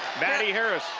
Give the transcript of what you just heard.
maddie harris.